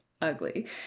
ugly